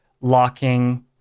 Locking